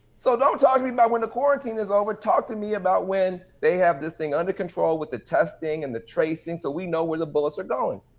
so don't talk to me about when the quarantine is over. talk to me about when they have this thing under control with the testing and the tracing so we know where the bullets are going.